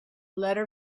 letter